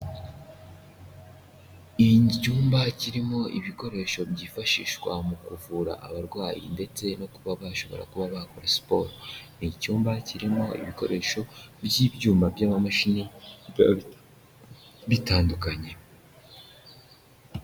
Igicyumba kirimo ibikoresho byifashishwa mu kuvura abarwayi ndetse no kuba bashobora kuba bakora siporo, ni icyumba kirimo ibikoresho by'ibyuma by'amamashini biba bitandukanye.